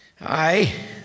Aye